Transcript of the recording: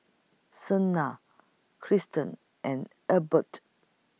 Sienna Kristian and Adelbert